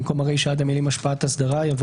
במקום הרישה עד המילים "השפעת אסדרה" יבוא